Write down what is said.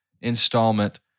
installment